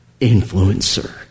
influencer